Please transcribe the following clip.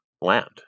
land